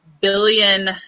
billion